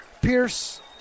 Pierce